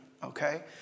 Okay